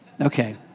Okay